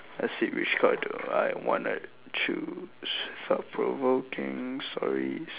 I see which card do I wanna choose thought provoking stories